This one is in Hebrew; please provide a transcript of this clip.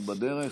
הוא בדרך?